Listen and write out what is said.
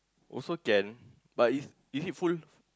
also can but is is it full